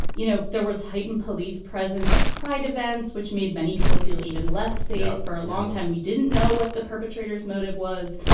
you know, there was heightened police presence at pride events, which made many people feel even less safe. for a long time, we didn't know what the perpetrators motive was.